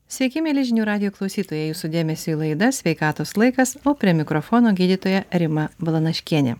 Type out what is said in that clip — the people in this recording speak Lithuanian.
sveiki mieli žinių radijo klausytojai jūsų dėmesiui laida sveikatos laikas o prie mikrofono gydytoja rima balanaškienė